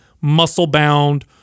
muscle-bound